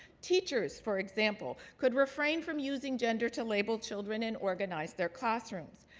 teachers, for example, could refrain from using gender to label children and organize their classrooms.